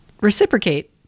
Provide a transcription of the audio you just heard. reciprocate